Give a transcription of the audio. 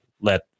let